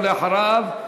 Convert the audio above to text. ואחריו,